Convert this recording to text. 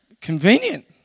Convenient